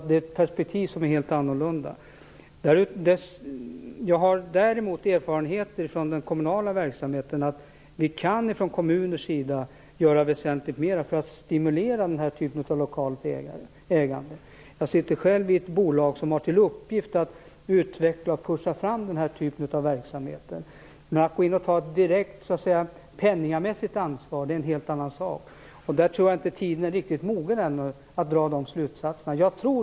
Det är ett helt annorlunda perspektiv. Jag har däremot erfarenheter från den kommunala verksamheten. Från kommunens sida kan man göra väsentligt mera för att stimulera den här typen av lokalt ägande. Jag sitter själv i ett bolag som har till uppgift att utveckla och pusha fram den här typen av verksamheter. Men att gå in och ta ett direkt penningamässigt ansvar är en helt annan sak. Jag tror inte att tiden är riktigt mogen ännu för att dra de slutsatserna.